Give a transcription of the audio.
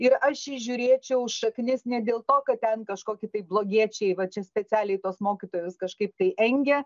ir aš įžiūrėčiau šaknis ne dėl to kad ten kažkokį tai blogiečiai va čia specialiai tuos mokytojus kažkaip tai engia